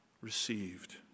received